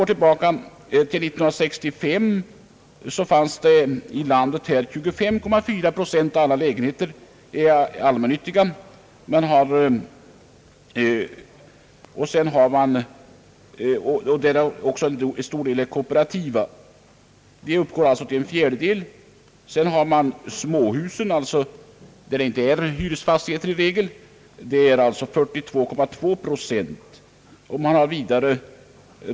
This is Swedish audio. År 1965 var 25,4 procent av lägenheterna i landet allmännyttiga, därav en stor del som är kooperativa. Dessa utgör alltså tillsammans mer än en fjärdedel. Därtill kommer småhusen, som inte i regel är hyresfastigheter, som utgör 42,2 procent.